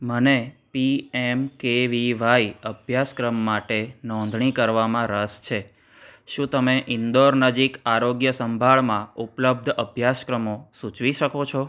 મને પીએમકેવીવાય અભ્યાસક્રમ માટે નોંધણી કરવામાં રસ છે શું તમે ઇન્દોર નજીક આરોગ્ય સંભાળમાં ઉપલબ્ધ અભ્યાસક્રમો સૂચવી શકો છો